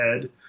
head